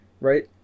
right